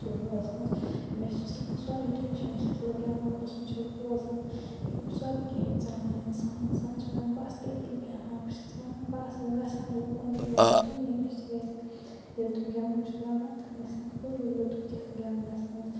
سُہ بوزنَس مےٚ چھُ ژَلان سورُے ٹٮ۪نشَنٕے ییٚلہِ بہٕ گٮ۪وَن وٲلۍ سُنٛد چھَس بوزان مےٚ چھُ سورُے کیٚنٛہہ ژَلان اِنسان چھُ وَنان بَس تٔتی بیٚہمہٕ ہا بہٕ چھَس وَنان بَس وۅنۍ گژھٕ ہا نہٕ بہٕ کُنُے بہٕ بیٚہمہٕ ہا تِمنٕے نِش تِکیٛازِ ییٚلہِ تِم گٮ۪وُن چھِ لگان تَمہِ وِزِ چھُ آسان اَلگٕے لُطُف کیٛاہتام گٮ۪ونَس منٛز